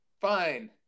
Fine